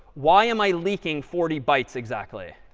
why am i leaking forty bytes exactly?